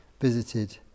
visited